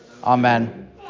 Amen